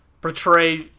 portray